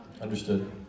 Understood